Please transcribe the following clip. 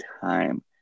time